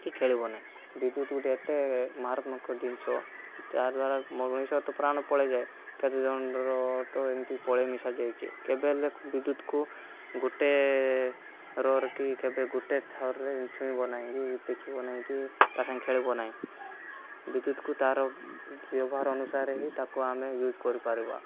କି ଖେଳିବ ନାହିଁ ବିଦ୍ୟୁତ୍ ଗୋଟେ ଏତେ ମାରାତ୍ମକ ଜିନିଷ ଯାହାଦ୍ଵାରା ମଣିଷର ତ ପ୍ରାଣ ପଳେଇଯାଏ କେତେ ଜଣର ତ ଏମିତି ପଳେଇ ମିଶାଯାଇଛି କେବେ ହେଲେ ବିଦ୍ୟୁତ୍କୁ ଗୁଟେରରେ କି କେବେ ଗୋଟେ ଥରରେ ଛୁଇଁବ ନାହିଁ କି ଦେଖିବ ନାହିଁ କି ତା' ସାଙ୍ଗେ ଖେଳିବ ନାହିଁ ବିଦ୍ୟୁତ୍କୁ ତା'ର ବ୍ୟବହାର ଅନୁସାରେ ହିଁ ତାକୁ ଆମେ ୟୁଜ୍ କରିପାରିବା